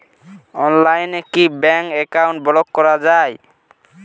অনলাইনে কি bank account block করা য়ায়?